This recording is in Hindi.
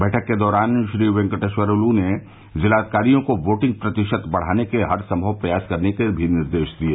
बैठक के दौरान श्री वेंकटेश्वर लू ने जिलाधिकारियों को वोटिंग प्रतिशत बढ़ाने के हर संभव प्रयास के निर्देश भी दिये